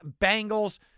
Bengals